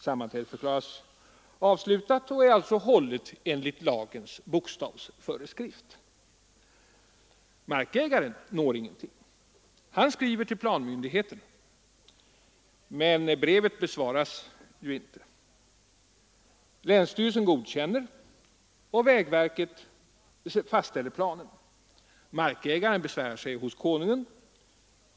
Sammanträdet förklaras avslutat — och är alltså hållet enligt lagens bokstavsföreskrift. Markägaren når ingenting. Han skriver till planmyndigheterna, men brevet besvaras ju inte. Länsstyrelsen godkänner, och vägverket fastställer planen. Markägaren besvärar sig hos Konungen.